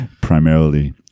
primarily